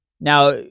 Now